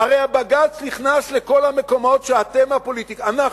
הרי הבג"ץ נכנס לכל המקומות שאתם, סליחה,